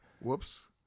Whoops